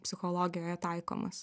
psichologijoje taikomas